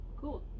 Cool